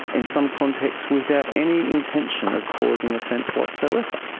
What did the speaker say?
in some contexts without any intention of causing offence whatsoever.